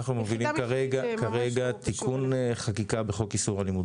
אנחנו מובילים כרגע תיקון חקיקה בחוק איסור אלימות